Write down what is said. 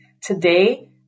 Today